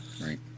Right